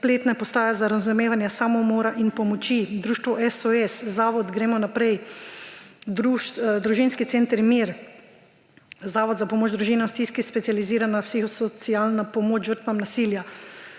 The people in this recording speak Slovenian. spletne postaje za razumevanje samomora in pomoči: Društvo SOS, Zavod Gremo naprej; Družinski center Mir, zavod za pomoč družinam v stiski, specializirana psihosocialna pomoč žrtvam nasilja;